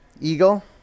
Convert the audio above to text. Eagle